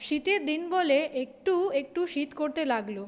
শীতের দিন বলে একটু একটু শীত করতে লাগল